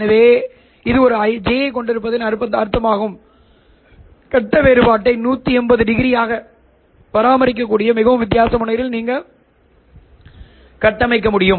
எனவே இது ஒரு j ஐக் கொண்டிருப்பதன் அர்த்தமாகும் கட்ட வேறுபாட்டை 180o ஆக பராமரிக்கக்கூடிய மிகவும் வித்தியாசமான முறையில் நீங்கள் கட்டமைக்க முடியும்